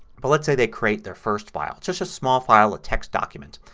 but let's say they create their first file. just a small file a text document.